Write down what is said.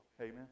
amen